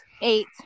eight